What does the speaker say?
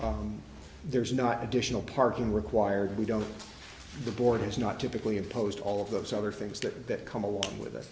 there is not additional parking required we don't the board is not typically opposed to all of those other things that come along with it